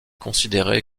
considérée